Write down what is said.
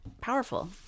powerful